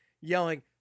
yelling